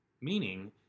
meaning